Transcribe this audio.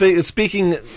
speaking